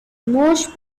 most